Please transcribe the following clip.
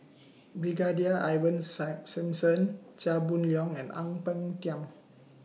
Brigadier Ivan sigh Simson Chia Boon Leong and Ang Peng Tiam